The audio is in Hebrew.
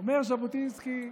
אומר ז'בוטינסקי,